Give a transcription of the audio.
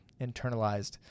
internalized